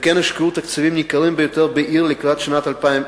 וכן הושקעו תקציבים ניכרים ביותר בעיר לקראת שנת 2000,